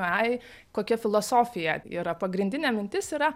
ai kokia filosofija yra pagrindinė mintis yra